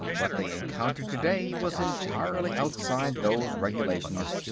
what they encountered today was entirely outside those regulations,